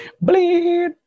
Bleed